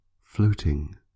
floating